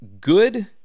good